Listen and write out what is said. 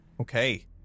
Okay